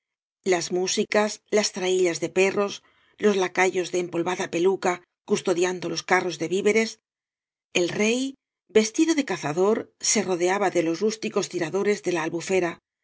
las músicas las traillas de perros los lacayos de empolvada peluca custodiando los carros de víveres el rey vestido de cazador se rodeaba de los rústicos tiradores de la albufera